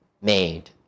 made